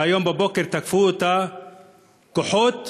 שהיום בבוקר תקפו אותה כוחות,